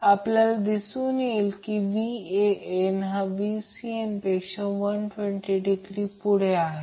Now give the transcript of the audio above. आपल्याला दिसून येईल की Van हा Vcn पेक्षा 120° पुढे आहे